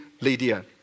Lydia